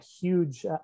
huge